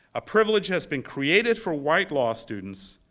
a privilege has been created for white law students,